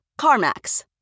CarMax